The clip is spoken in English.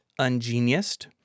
ungeniused